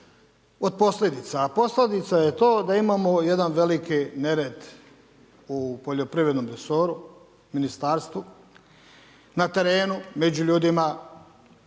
od posljedica, a posljedica je to da imamo jedan veliki nered u poljoprivrednom resoru, ministarstvu, na terenu, među ljudima,